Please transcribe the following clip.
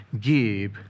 give